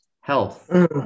health